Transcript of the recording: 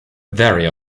very